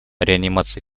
реанимации